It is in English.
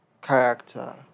character